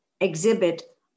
exhibit